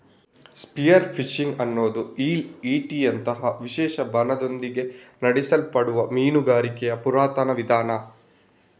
spear fishing ಅನ್ನುದು ಈಲ್ ಈಟಿಯಂತಹ ವಿಶೇಷ ಬಾಣದೊಂದಿಗೆ ನಡೆಸಲ್ಪಡುವ ಮೀನುಗಾರಿಕೆಯ ಪುರಾತನ ವಿಧಾನ